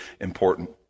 important